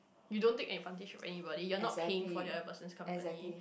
you don't take advantage of anybody you're not paying for the other person's company